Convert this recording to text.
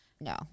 No